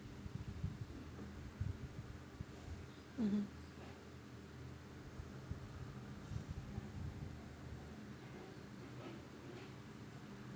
mmhmm